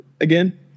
again